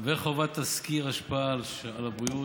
וחובת תסקיר השפעה על הבריאות),